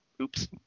Oops